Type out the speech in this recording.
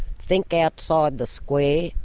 think outside the square.